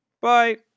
Bye